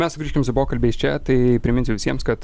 mes sugrįžkim su pokalbiais čia tai priminsiu visiems kad